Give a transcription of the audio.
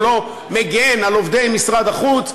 הוא לא מגן על עובדי משרד החוץ,